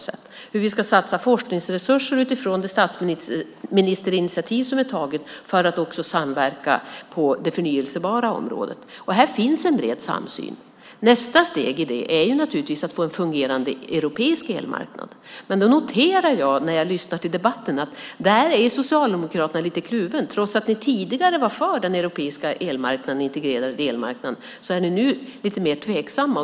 Vi diskuterar också hur vi ska satsa forskningsresurser utifrån det statsministerinitiativ som är taget för att också samverka på det förnybara området. Här finns en bred samsyn. Nästa steg är naturligtvis att få en fungerande europeisk elmarknad. Jag noterar dock, när jag lyssnar till debatten, att Socialdemokraterna är lite kluvna trots att ni tidigare var för den europeiska integrerade elmarknaden. Nu är ni lite mer tveksamma.